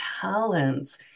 talents